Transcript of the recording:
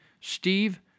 Steve